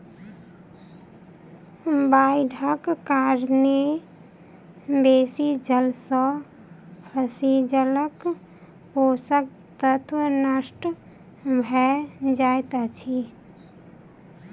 बाइढ़क कारणेँ बेसी जल सॅ फसीलक पोषक तत्व नष्ट भअ जाइत अछि